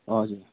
हजुर